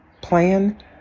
plan